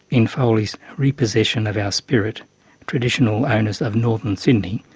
in foley's repossession of our spirit traditional owners of northern sydney,